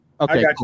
Okay